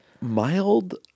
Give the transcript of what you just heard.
Mild